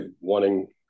wanting